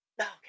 Okay